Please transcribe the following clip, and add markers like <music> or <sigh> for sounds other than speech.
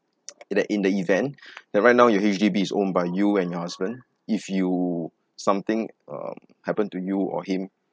<noise> that in the event <breath> like right now your H_D_B is owned by you and your husband if you something um happen to you or him